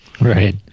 right